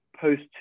post